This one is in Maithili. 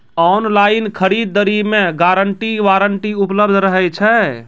ऑनलाइन खरीद दरी मे गारंटी वारंटी उपलब्ध रहे छै?